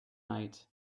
night